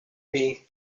being